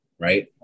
right